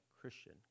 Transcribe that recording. Christian